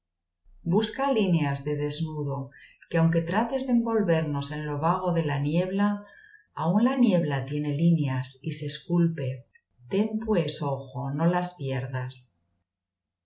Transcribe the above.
busca líneas de desnudo que aunque trates de envolvernos en lo vago de la niebla aún la niebla tiene líneas y se esculpe ten pues ojo no las pierdas